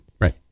Right